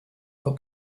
for